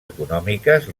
econòmiques